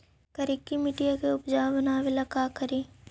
करिकी मिट्टियां के उपजाऊ बनावे ला का करी?